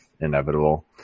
inevitable